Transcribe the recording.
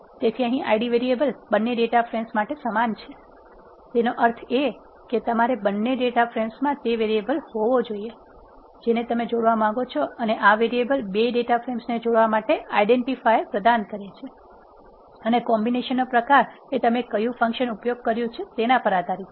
તેથી અહીં Id variable બંને ડેટા ફ્રેમ્સ માટે સામાન છે તેનો અર્થ એ કે તમારે બંને ડેટા ફ્રેમ્સમાં તે વેરિયેબલ હોવું જોઈએ જેને તમે જોડવા માંગો છો અને આ વેરીએબલ 2 ડેટા ફ્રેમ્સને જોડવા માટે આઇડેન્ટિફાયર્સ પ્રદાન કરે છે અને કોમ્બીનેશન નો પ્રકાર તમે કયું ફંક્શન ઉપયોગ કર્યું છે તેના પર આધારિત છે